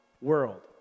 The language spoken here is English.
world